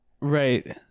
right